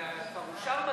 זה כבר אושר בטרומי.